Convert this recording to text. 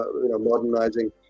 modernizing